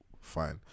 fine